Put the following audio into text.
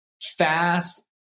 fast